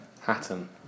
Hatton